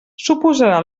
suposarà